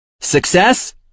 success